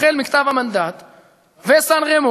החל מכתב המנדט וסן-רמו.